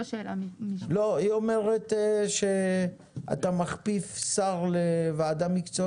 לא, היא אומרת שאתה מכפיף שר לוועדה מקצועית.